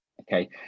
okay